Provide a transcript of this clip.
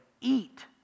eat